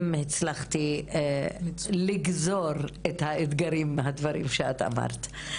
אם הצלחתי לגזור את האתגרים מהדברים שאת אמרת.